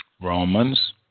Romans